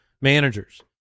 managers